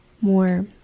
more